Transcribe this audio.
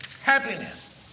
happiness